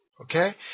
Okay